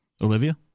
Olivia